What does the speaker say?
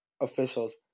officials